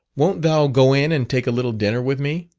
wont thou go in and take a little dinner with me?